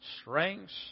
strengths